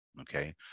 Okay